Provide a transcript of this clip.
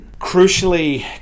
Crucially